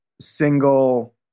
single